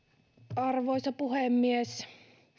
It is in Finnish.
arvoisa puhemies